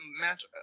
match